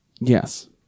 yes